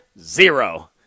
Zero